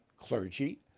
clergy